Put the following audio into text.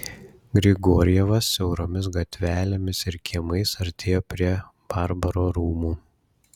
grigorjevas siauromis gatvelėmis ir kiemais artėjo prie barbaro rūmų